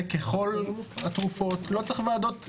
וככל התרופות, לא צריך ועדות.